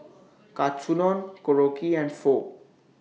Katsudon Korokke and Pho